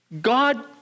God